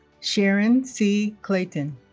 sharon c. clayton